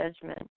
judgment